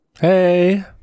Hey